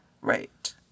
Right